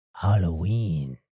Halloween